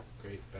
great